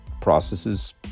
processes